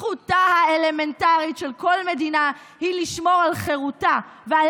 זכותה האלמנטרית של כל מדינה היא לשמור על חירותה ועל